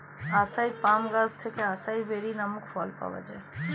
আসাই palm গাছ থেকে acai berry নামক ফল পাওয়া যায়